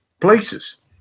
places